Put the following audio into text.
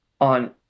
on